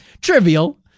trivial